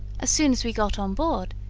ah soon as we got on board,